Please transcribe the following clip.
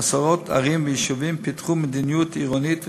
ועשרות ערים ויישובים פיתחו מדיניות עירונית ותשתיות,